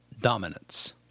dominance